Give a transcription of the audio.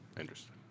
Interesting